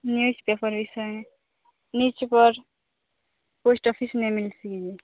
news paper ବିଷୟରେ news paper post office ମେ ମିଲିତିହେ